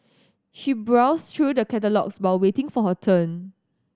she browsed through the catalogues while waiting for her turn